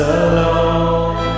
alone